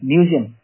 Museum